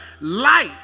Light